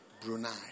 Brunei